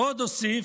ועוד הוסיף,